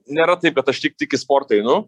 nėra taip kad aš tik tik į sportą einu